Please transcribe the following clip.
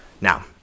Now